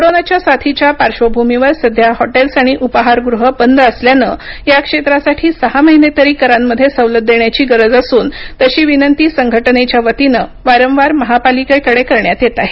कोरोनाच्या साथीच्या पार्श्वभूमीवर सध्या हॉटेल्स आणि उपाहारगृहं बंद असल्यानं या क्षेत्रासाठी सहा महिने तरी करांमध्ये सवलत देण्याची गरज असून तशी विनंती संघटनेच्यावतीनं वारंवार महापालिकेकडे करण्यात येत आहे